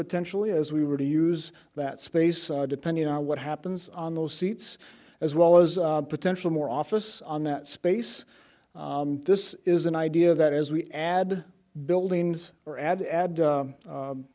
potentially as we were to use that space depending on what happens on those seats as well as potential more office on that space this is an idea that as we add buildings or add add